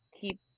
keep